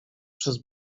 przez